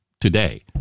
today